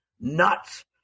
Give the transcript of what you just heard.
nuts